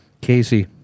Casey